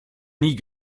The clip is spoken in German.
nie